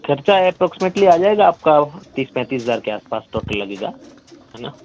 خرچہ ہے اپروکسمیٹلی آ جائے گا آپ کا تیس پینتیس ہزار کے آس پاس ٹوٹل لگے گا ہے نا